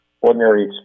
ordinary